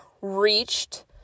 reached